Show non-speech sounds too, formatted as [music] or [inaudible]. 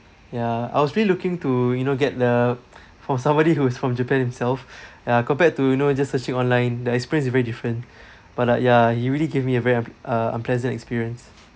ya I was really looking to you know get the [breath] from somebody who is from japan himself [breath] ya compared to you know just searching online the experience is very different [breath] but like ya he really gave me a very unp~ uh unpleasant experience